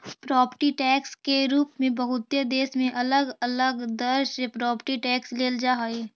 property tax के रूप में बहुते देश में अलग अलग दर से प्रॉपर्टी टैक्स लेल जा हई